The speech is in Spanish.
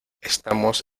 estamos